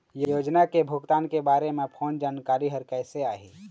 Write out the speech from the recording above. योजना के भुगतान के बारे मे फोन जानकारी हर कइसे आही?